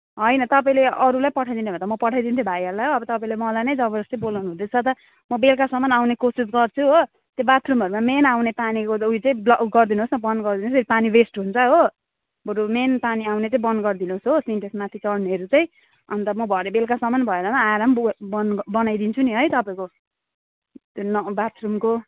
होइन तपाईँले अरूलाई पठाइदिने भए त म पठाइदिन्थेँ भाइहरूलाई हो अब तपाईँले मलाई नै जबरजस्ती बोलाउनु हुँदैछ त म बेलुकासम्म आउने कोसिस गर्छु हो त्यो बाथरुमहरूमा मेन आउने पानीको त उयो चाहिँ ब्लक गरिदिनुहोस् बन्द गरिदिनुहोस् न पानी वेस्ट हुन्छ हो बरू मेन पानी आउने चाहिँ बन्द गरिदिनुहोस् हो सिन्टेक्समाथि चड्नेहरू चाहिँ अन्त म भरे बेलुकासम्म भएन आएर पनि बो बन बनाइदिन्छु नि है तपाईँको नअ बाथरुमको